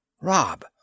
Rob